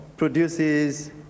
Produces